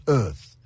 earth